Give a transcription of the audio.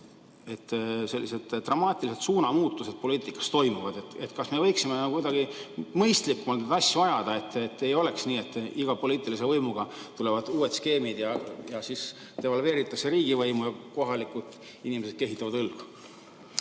et sellised dramaatilised suunamuutused poliitikas toimuvad? Kas me võiksime kuidagi mõistlikumalt asju ajada, et ei oleks nii, et iga poliitilise võimuga tulevad uued skeemid, devalveeritakse riigivõimu ja kohalikud inimesed kehitavad õlgu?